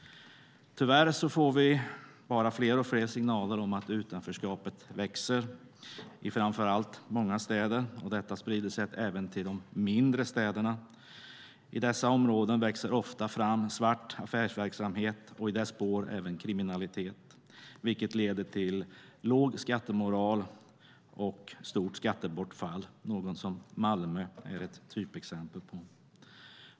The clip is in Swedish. Tyvärr får vi bara fler och fler signaler om att utanförskapet växer i framför allt många städer. Detta sprider sig även till de mindre städerna. I dessa områden växer det ofta fram svart affärsverksamhet och i dess spår även kriminalitet, vilket leder till låg skattemoral och stort skattebortfall, något som Malmö är ett typexempel på.